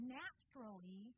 naturally